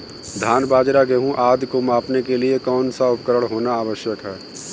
धान बाजरा गेहूँ आदि को मापने के लिए कौन सा उपकरण होना आवश्यक है?